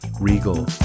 Regal